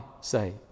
say